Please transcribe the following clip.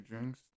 drinks